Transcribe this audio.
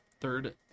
third